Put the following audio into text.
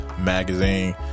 magazine